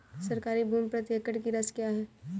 सरकारी भूमि प्रति एकड़ की राशि क्या है?